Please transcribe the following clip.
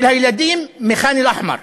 של הילדים מחאן-אלאחמאר,